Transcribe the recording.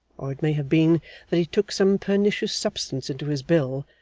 or it may have been that he took some pernicious substance into his bill,